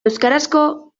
euskarazko